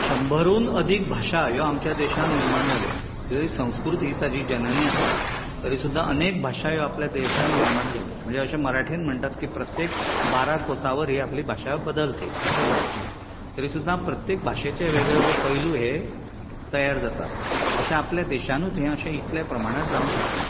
शंबरून अदीक भाशा ह्यो आमच्या देशांत निर्माण जाल्यो जंय संस्कृती ताची जननी आसली तरी सुद्दां अनेक भाशा ह्यो आपल्या देशांत निर्माण जाल्यो म्हणजे अशें मराठींत म्हणटात की प्रत्येक बारा कोसावरी आपली भाशा बदलते असे म्हटलें तरी सुद्दां प्रत्येक भाशेचें वेगळे वेगळे पैलू हे तयार जातात अशें आपले देशातूंच अशें इतले प्रमाणांत जावूंक शकलें